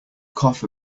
cough